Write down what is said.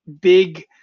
big